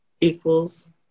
equals